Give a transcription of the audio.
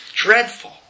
dreadful